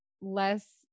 less